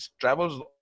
travels